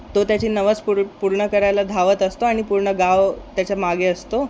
तो त्याची नवस पूर पूर्ण करायला धावत असतो आणि पूर्ण गाव त्याच्यामागे असतो